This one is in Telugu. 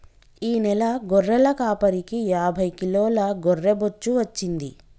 ఈ నెల గొర్రెల కాపరికి యాభై కిలోల గొర్రె బొచ్చు వచ్చింది